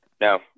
No